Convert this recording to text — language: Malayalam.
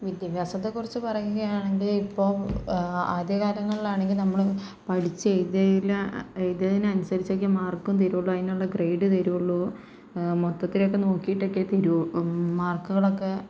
വിദ്യാഭ്യാസത്തെക്കുറിച്ച് പറയുകയാണെങ്കില് ഇപ്പോൾ ആദ്യകാലങ്ങളിലാണെങ്കില് നമ്മള് പഠിച്ചെഴുതിയെല് എഴുതിയതിനൻസരിച്ചൊക്കെ മാർക്കും തരികയുള്ളൂ അതിനുള്ള ഗ്രേഡ് തരികയുള്ളൂ മൊത്തത്തിലൊക്കെ നോക്കിയിട്ടൊക്കെ തരൂ മാർക്കുകളൊക്കെ